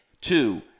Two